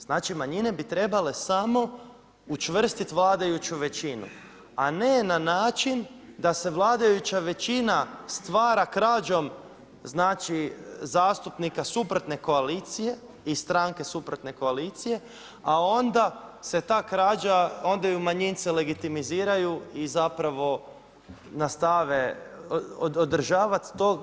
Znači manjine bi trebale samo učvrstiti vladajuću većinu a ne na način da se vladajuća većina stvara krađom znači zastupnika suprotne koalicije i stranke suprotne koalicije a onda se ta krađa, onda ju manjince legitimiziraju i zapravo nastave održavati to.